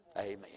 Amen